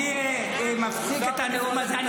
אני מפסיק את הנאום הזה.